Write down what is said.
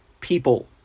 people